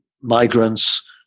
migrants